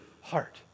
heart